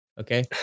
okay